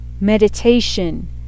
Meditation